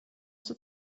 zur